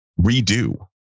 redo